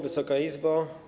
Wysoka Izbo!